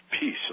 peace